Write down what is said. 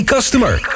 Customer